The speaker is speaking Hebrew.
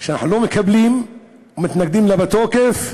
ואנחנו לא מקבלים אותה ומתנגדים לה בתוקף.